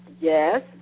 Yes